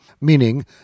meaning